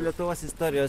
lietuvos istorijos